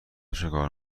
چیکار